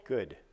Good